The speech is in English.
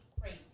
crazy